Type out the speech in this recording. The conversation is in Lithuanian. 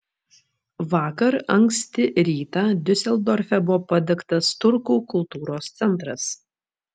vakar anksti rytą diuseldorfe buvo padegtas turkų kultūros centras